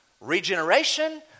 regeneration